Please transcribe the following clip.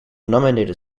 nominated